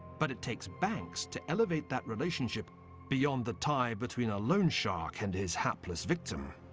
but it takes banks to elevate that relationship beyond the tie between a loan shark and his hapless victim.